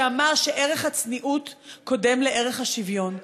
שאמר שערך הצניעות קודם לערך השוויון.